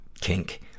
kink